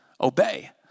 obey